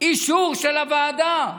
אישור של הוועדה.